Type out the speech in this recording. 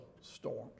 storms